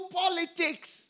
politics